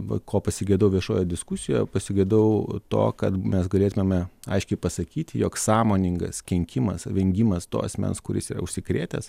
va ko pasigedau viešojoj diskusijoje pasigedau to kad mes galėtumėme aiškiai pasakyti jog sąmoningas kenkimas vengimas to asmens kuris yra užsikrėtęs